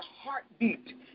heartbeat